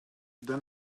then